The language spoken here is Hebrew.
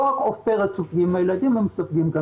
לא רק עופרת סופגים הילדים אלא הם סופגים גם